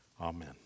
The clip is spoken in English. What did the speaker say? Amen